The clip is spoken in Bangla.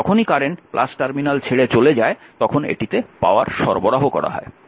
আর যখনই কারেন্ট টার্মিনাল ছেড়ে চলে যায় তখন এটিতে পাওয়ার সরবরাহ করা হয়